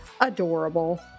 adorable